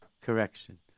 correction